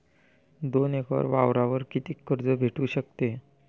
दोन एकर वावरावर कितीक कर्ज भेटू शकते?